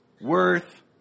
worth